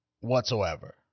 Whatsoever